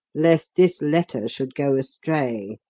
lest this letter should go astray.